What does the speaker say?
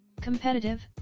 Competitive